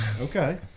Okay